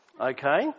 Okay